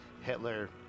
Hitler